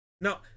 No